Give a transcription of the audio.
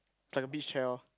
is like a big shell